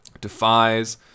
defies